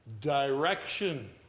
direction